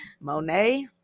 Monet